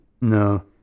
No